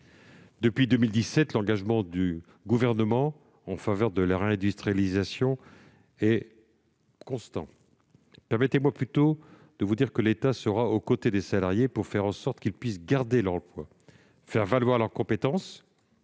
Depuis 2017, l'engagement du Gouvernement en faveur de la réindustrialisation est constant. L'État se tiendra toujours aux côtés des salariés pour faire en sorte qu'ils puissent garder leur emploi, pour faire valoir leurs compétences,